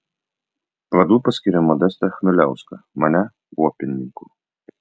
vadu paskyrė modestą chmieliauską mane kuopininku